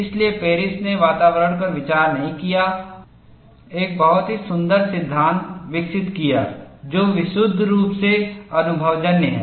इसलिए पेरिस ने वातावरण पर विचार नहीं किया और एक बहुत ही सुंदर सिद्धांत विकसित किया जो विशुद्ध रूप से अनुभवजन्य है